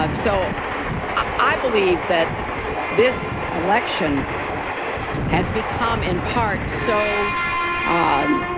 um so i believe that this election has become in part so ah um